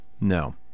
No